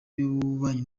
y’ububanyi